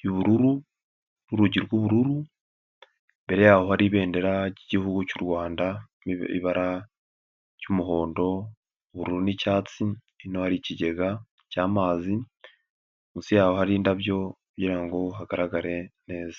y'ubururu n'urugi rw'ubururu, imbere yaho hari ibendera ry'igihugu cy'u Rwanda ibara ry'umuhondo, ubururu n'icyatsi. Hino hari ikigega cy'amazi munsi yaho hari indabyo kugirango hagaragare neza.